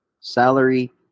salary